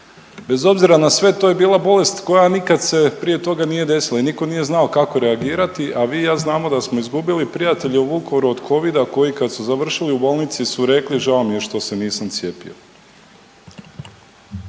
bez obzira na sve to je bila bolest koja nikad se prije toga nije desila i niko nije znao kako reagirati, a vi i ja znamo da smo izgubili prijatelje u Vukovaru od covida koji kad su završili u bolnici su rekli žao mi je što se nisam cijepio.